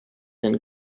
and